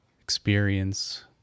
experience